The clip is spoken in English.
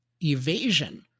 evasion